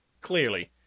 clearly